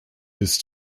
bis